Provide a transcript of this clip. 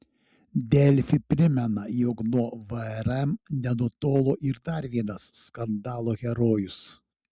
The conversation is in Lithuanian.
delfi primena jog nuo vrm nenutolo ir dar vienas skandalo herojus